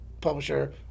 publisher